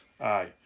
Aye